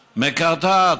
מקרטעת.